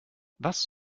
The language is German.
was